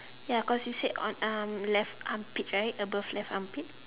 ya cause you said on um left armpit right above left armpit